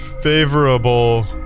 Favorable